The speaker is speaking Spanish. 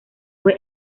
fue